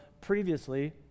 previously